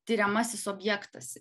tiriamasis objektas